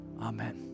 Amen